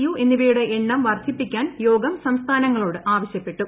U എന്നിവയുടെ എണ്ണം വർദ്ധിപ്പിക്കാൻ യോഗം സംസ്ഥാനങ്ങളോട് ആവശ്യപ്പെട്ടു